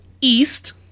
east